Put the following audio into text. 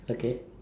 okay